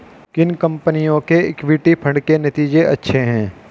किन कंपनियों के इक्विटी फंड के नतीजे अच्छे हैं?